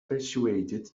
persuaded